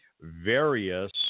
various